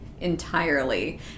entirely